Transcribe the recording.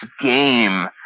game